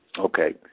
Okay